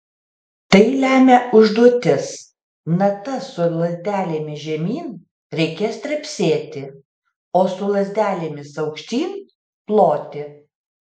tai lemia užduotis natas su lazdelėmis žemyn reikės trepsėti o su lazdelėmis aukštyn ploti